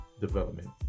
development